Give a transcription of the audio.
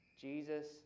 Jesus